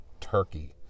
turkey